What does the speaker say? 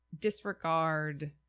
disregard